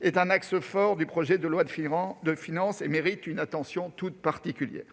est un axe fort du projet de loi de finances et mérite une attention toute particulière.